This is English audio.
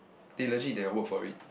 they legit they will work for it